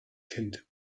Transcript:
kind